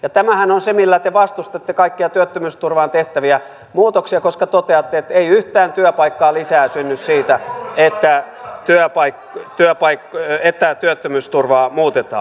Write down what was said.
ja tämähän on se millä te vastustatte kaikkia työttömyysturvaan tehtäviä muutoksia toteatte että ei yhtään työpaikkaa lisää synny siitä että työttömyysturvaa muutetaan